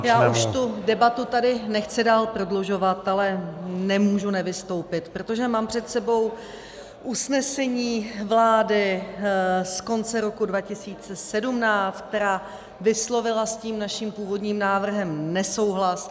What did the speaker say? Já už tu debatu tady nechci dál prodlužovat, ale nemůžu nevystoupit, protože mám před sebou usnesení vlády z konce roku 2017, která vyslovila s tím naším původním návrhem nesouhlas.